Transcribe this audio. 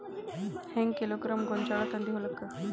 ಹೆಂಗ್ ಕಿಲೋಗ್ರಾಂ ಗೋಂಜಾಳ ತಂದಿ ಹೊಲಕ್ಕ?